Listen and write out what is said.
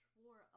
war